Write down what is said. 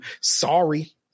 Sorry